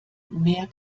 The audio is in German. mehr